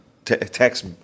Text